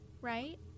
right